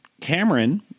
Cameron